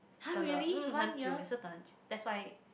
等了 mm 很久也是等很久 that's why